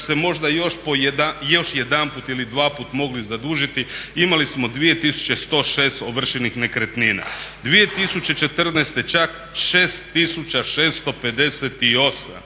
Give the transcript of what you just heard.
se možda još jedanput ili dvaput mogli zadužiti, imali smo 2106 ovršenih nekretnina, 2014. čak 6658